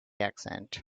accent